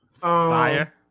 Fire